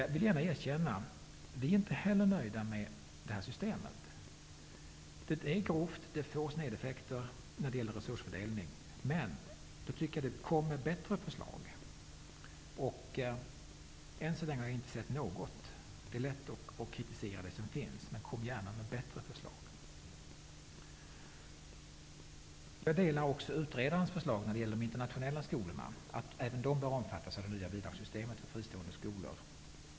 Jag vill gärna erkänna att vi i Ny demokrati inte heller är nöjda med det här systemet. Det är grovt. Det får snedeffekter i fråga om föredelningen av resurser. Men kom då med bättre förslag! Än så länge har jag inte sett något. Det är lätt att kritisera de förslag som redan finns, men kom gärna fram med bättre förslag. Jag ställer mig bakom utredarens förslag att även de internationella skolorna bör omfattas av det nya bidragssystemet för fristående skolor.